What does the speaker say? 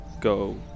go